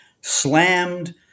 slammed